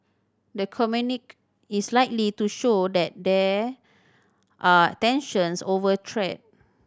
the communique is likely to show that there are tensions over trade